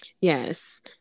Yes